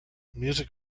music